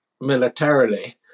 militarily